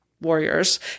warriors